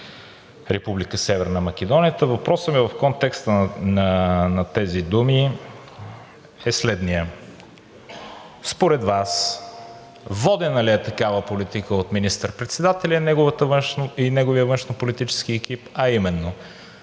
Северна Македония. Въпросът ми в контекста на тези думи е следният: според Вас водена ли е такава политика от министър-председателя и от неговия външнополитически екип, а именно: